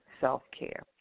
self-care